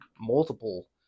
multiple